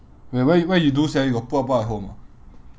where where where you do sia you got pull up bar at home ah